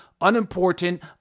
unimportant